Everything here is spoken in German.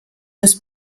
des